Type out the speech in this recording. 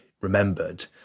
remembered